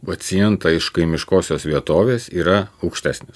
pacientą iš kaimiškosios vietovės yra aukštesnis